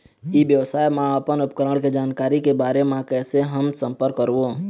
ई व्यवसाय मा अपन उपकरण के जानकारी के बारे मा कैसे हम संपर्क करवो?